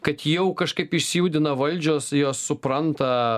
kad jau kažkaip išsijudina valdžios jos supranta